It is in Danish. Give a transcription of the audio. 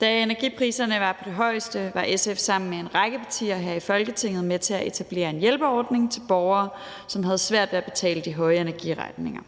Da energipriserne var på det højeste, var SF sammen med en række partier her i Folketinget med til at etablere en hjælpeordning til borgere, som havde svært ved at betale de høje energiregninger.